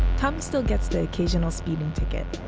tom still gets the occasional speeding ticket.